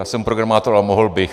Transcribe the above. Já jsem programátor a mohl bych.